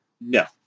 No